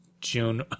June